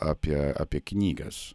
apie apie knygas